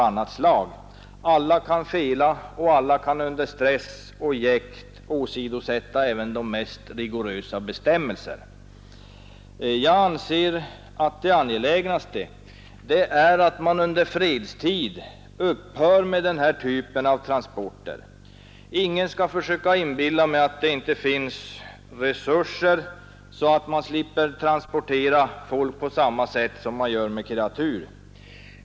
Alla kan fela och under stress och jäkt åsidosätta även de mest rigorösa bestämmelser. Jag anser att det angelägnaste är att man under fredstid upphör med denna typ av transporter. Ingen skall försöka inbilla mig att det inte finns resurser, så att man slipper transportera folk på samma sätt som kreatur.